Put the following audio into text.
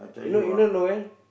you know you know Noel